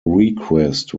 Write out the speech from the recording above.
request